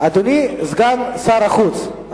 אדוני סגן שר החוץ.